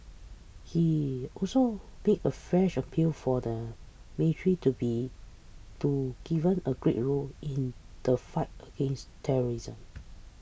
he also made a fresh appeal for the military to be to given a greater role in the fight against terrorism